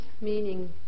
meaning